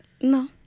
No